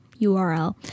URL